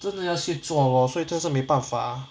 真的要去做 lor 所以真是没办法